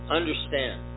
understand